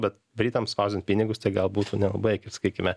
bet britams spausdinti pinigus tai gal būtų nelabai kad sakykime